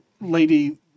lady